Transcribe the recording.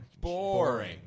Boring